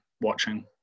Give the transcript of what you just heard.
watching